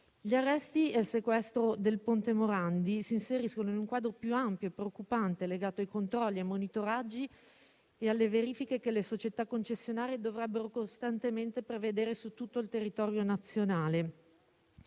Gli arresti e il sequestro del ponte Morandi si inseriscono in un quadro più ampio e preoccupante, legato a controlli e monitoraggi e alle verifiche che le società concessionarie dovrebbero costantemente prevedere su tutto il territorio nazionale.